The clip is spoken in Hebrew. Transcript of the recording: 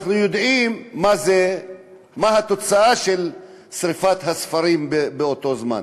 אנחנו יודעים מה הייתה התוצאה של שרפת הספרים באותו זמן.